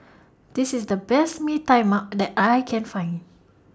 This IS The Best Mee Tai Mak that I Can Find